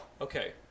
Okay